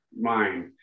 mind